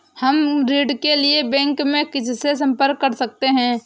हम ऋण के लिए बैंक में किससे संपर्क कर सकते हैं?